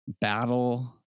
battle